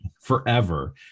forever